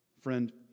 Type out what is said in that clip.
Friend